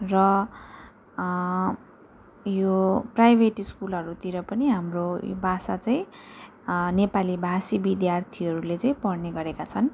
र यो प्राइभेट स्कुलहरूतिर पनि भाषा चाहिँ नेपालीभाषी विद्यार्थीहरूले चाहिँ पढ्ने गरेका छन्